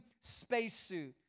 spacesuit